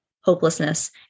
hopelessness